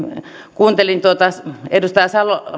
kuuntelin edustaja